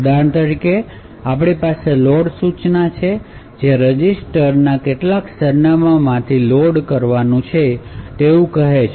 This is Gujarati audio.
ઉદાહરણ તરીકે આપણી પાસે લોડ સૂચના છે જે રજિસ્ટર કેટલાક સરનામાં માંથી લોડ કરવાનું તેવું કહે છે